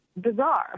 bizarre